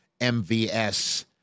MVS